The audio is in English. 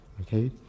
okay